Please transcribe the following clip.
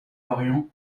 lorient